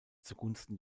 zugunsten